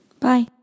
Bye